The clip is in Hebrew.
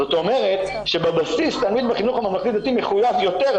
זאת אומרת שבסיס תלמיד בחינוך הממלכתי-דתי מחויב יותר,